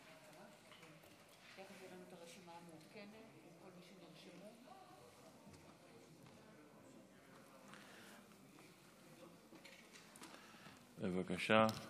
בבקשה.